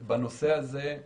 בנושא הזה,